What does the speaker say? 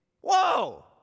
Whoa